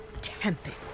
Tempest